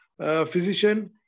physician